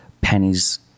pennies